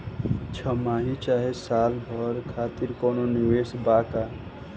छमाही चाहे साल भर खातिर कौनों निवेश बा का?